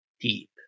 deep